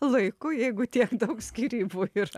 laiku jeigu tiek daug skyrybų yra